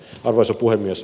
arvoisa puhemies